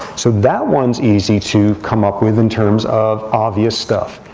so that one's easy to come up with, in terms of obvious stuff.